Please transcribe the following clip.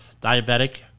diabetic